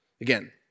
Again